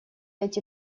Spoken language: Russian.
эти